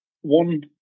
one